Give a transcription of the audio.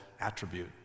attribute